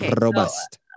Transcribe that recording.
robust